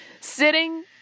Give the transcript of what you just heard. sitting